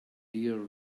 deer